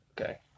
okay